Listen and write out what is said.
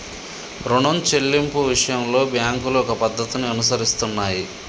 రుణం చెల్లింపు విషయంలో బ్యాంకులు ఒక పద్ధతిని అనుసరిస్తున్నాయి